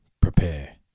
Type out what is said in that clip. Prepare